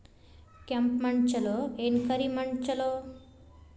ಕೆಂಪ ಮಣ್ಣ ಛಲೋ ಏನ್ ಕರಿ ಮಣ್ಣ ಛಲೋ?